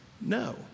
No